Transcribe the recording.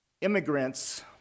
immigrants